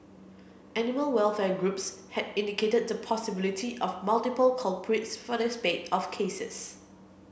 animal welfare groups had indicated the possibility of multiple culprits for the spate of cases